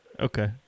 Okay